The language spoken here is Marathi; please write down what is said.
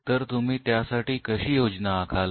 तर तुम्ही त्यासाठी कशी योजना आखाल